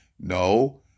No